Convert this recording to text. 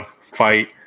fight